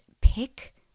pick